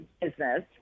business